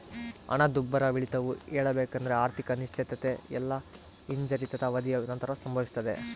ಹಣದುಬ್ಬರವಿಳಿತವು ಹೇಳಬೇಕೆಂದ್ರ ಆರ್ಥಿಕ ಅನಿಶ್ಚಿತತೆ ಇಲ್ಲಾ ಹಿಂಜರಿತದ ಅವಧಿಯ ನಂತರ ಸಂಭವಿಸ್ತದೆ